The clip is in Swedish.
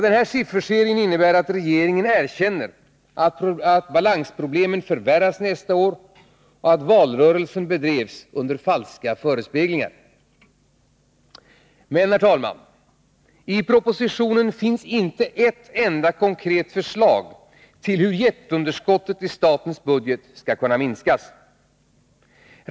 Denna sifferserie innebär att regeringen erkänner att balansproblemen förvärras nästa år och att valrörelsen bedrevs under falska förespeglingar. Men, herr talman, i propositionen finns inte ett enda konkret förslag till hur jätteunderskottet i statens budget skall kunna minskas.